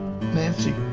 Nancy